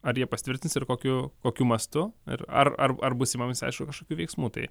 ar jie pasitvirtins ir kokiu kokiu mastu ir ar ar ar bus imamasi aišku kažkokių veiksmų tai